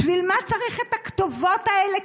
בשביל מה צריך את הכתובות האלה,